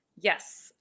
Yes